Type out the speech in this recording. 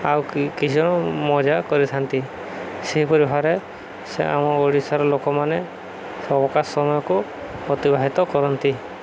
ଆଉ କି କିଛି ଜଣ ମଜା କରିଥାନ୍ତି ସେହିପରି ଭାବରେ ସେ ଆମ ଓଡ଼ିଶାର ଲୋକମାନେ ଅବକାଶ ସମୟକୁ ଅତିବାହିତ କରନ୍ତି